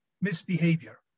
misbehavior